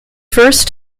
first